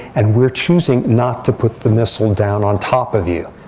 and we're choosing not to put the missile down on top of you.